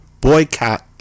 boycott